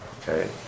Okay